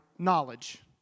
knowledge